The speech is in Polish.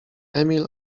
emil